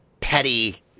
petty